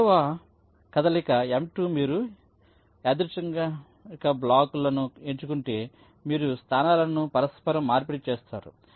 రెండవ కదలిక M2 మీరు రెండు యాదృచ్ఛిక బ్లాకులను ఎంచుకుంటే మీరు స్థానాలను పరస్పర మార్పిడి చేస్తారు